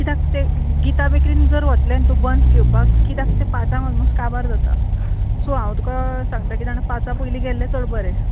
कित्याक ते गीता बेक्रीन जर वतले नी तूं बन्स घेवपाक कित्याक ते पाचांक ओलमोस्ट काबार जाता सो हांव तुका सांगता कितें जाणा पांचा पयलीं गेल्ले चड बरें